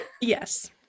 Yes